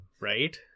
Right